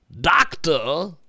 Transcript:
Doctor